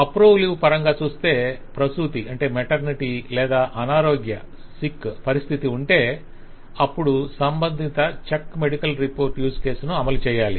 approve leave పరంగా చూస్తే ప్రసూతి లేదా అనారోగ్య పరిస్థితి ఉంటే అప్పుడు సంబంధిత check medical report use case ను అమలుచేయాలి